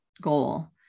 goal